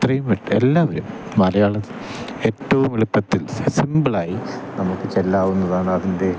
അത്രയും എല്ലാവരും മലയാളം ഏറ്റവും എളുപ്പത്തിൽ സിമ്പിളായി നമുക്ക് ചൊല്ലാവുന്നതാണ് അതിൻ്റെ